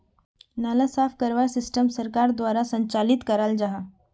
नाला साफ करवार सिस्टम सरकार द्वारा संचालित कराल जहा?